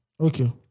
Okay